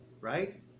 right